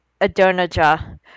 Adonijah